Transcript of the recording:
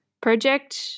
project